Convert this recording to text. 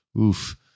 oof